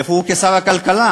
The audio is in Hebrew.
איפה הוא כשר הכלכלה,